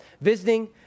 visiting